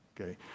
okay